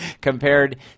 compared